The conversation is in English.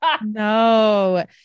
No